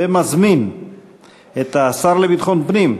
ומזמין את השר לביטחון פנים,